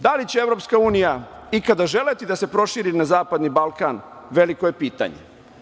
Da li će EU ikada želeti da se proširi na zapadni Balkan veliko je pitanje.